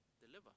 deliver